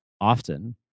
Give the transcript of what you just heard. often